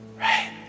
right